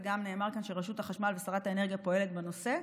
וגם נאמר כאן שרשות החשמל ושרת האנרגיה פועלות בנושא.